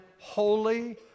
holy